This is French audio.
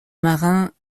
marins